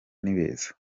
nibeza